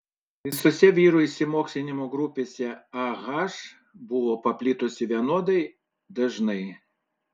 visose vyrų išsimokslinimo grupėse ah buvo paplitusi vienodai dažnai